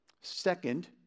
Second